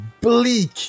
bleak